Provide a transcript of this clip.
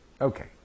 Okay